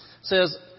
says